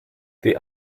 die